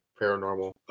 paranormal